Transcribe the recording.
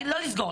לא לסגור,